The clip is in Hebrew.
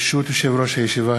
ברשות יושב-ראש הישיבה,